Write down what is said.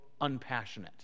unpassionate